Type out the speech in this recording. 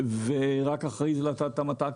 ורק אחרי זה לטעת את המטע,